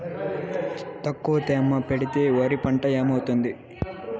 తక్కువ తేమ పెడితే వరి పంట ఏమవుతుంది